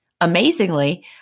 Amazingly